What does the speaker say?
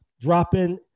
dropping